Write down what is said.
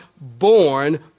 born